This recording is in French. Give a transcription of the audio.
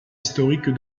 historique